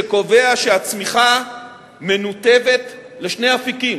שקובע שהצמיחה מנותבת לשני אפיקים: